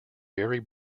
very